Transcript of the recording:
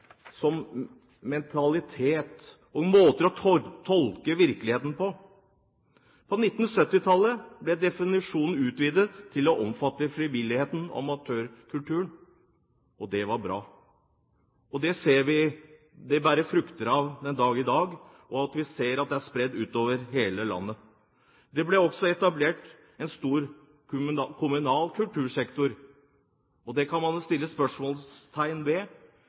som mentalitet og måter å tolke virkeligheten på. På 1970-tallet ble definisjonen utvidet til å omfatte frivilligheten og amatørkulturen. Det er bra, og vi ser at det bærer frukter den dag i dag, og vi ser at dette er spredt ut over hele landet. Det ble også etablert en stor kommunal kultursektor, og det kan man jo sette spørsmålstegn ved,